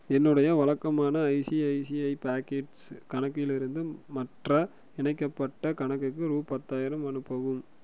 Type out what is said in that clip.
என்னுடைய வழக்கமான ICICI pockets கணக்கிலிருந்து மற்ற இணைக்கப்பட்ட கணக்குக்கு ரூ பத்தாயிரம் அனுப்பவும்